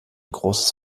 großes